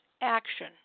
action